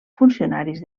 funcionaris